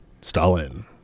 Stalin